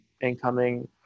incoming